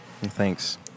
Thanks